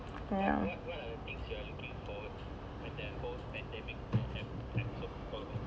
well